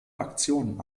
aktion